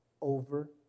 over